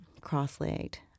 cross-legged